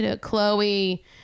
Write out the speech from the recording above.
Chloe